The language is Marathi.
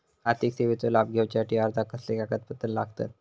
आर्थिक सेवेचो लाभ घेवच्यासाठी अर्जाक कसले कागदपत्र लागतत?